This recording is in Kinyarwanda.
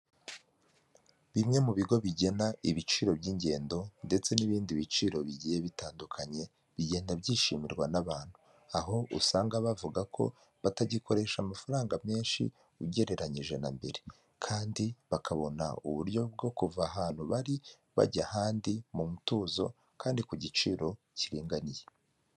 Bimwe mu bigo bigena ibiciro by'ingendo ndetse n'ibindi biciro bigiye bitandukanye bigenda byishimirwa n'abantu, aho usanga bavuga ko batagikoresha amafaranga menshi ugereranyije na mbere kandi bakabona uburyo bwo kuva ahantu bari bajya ahandi mu mutuzo kandi ku giciro kiringaniye.